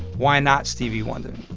why not stevie wonder?